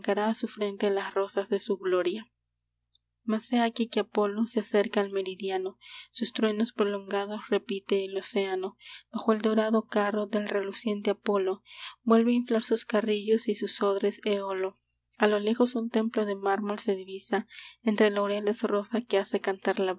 su frente las rosas de su gloria mas he aquí que apolo se acerca al meridiano sus truenos prolongados repite el oceano bajo el dorado carro del reluciente apolo vuelve a inflar sus carrillos y sus odres eolo a lo lejos un templo de mármol se divisa entre laureles rosa que hace cantar la